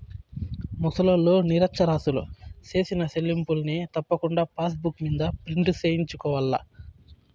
ముసలోల్లు, నిరచ్చరాసులు సేసిన సెల్లింపుల్ని తప్పకుండా పాసుబుక్ మింద ప్రింటు సేయించుకోవాల్ల